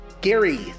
Gary